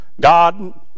God